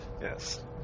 Yes